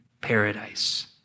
paradise